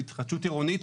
בהתחדשות עירונית,